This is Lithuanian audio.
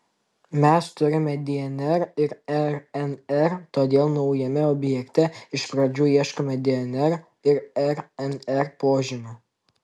mes turime dnr ir rnr todėl naujame objekte iš pradžių ieškome dnr ir rnr požymių